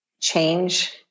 change